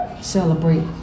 Celebrate